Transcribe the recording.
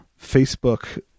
Facebook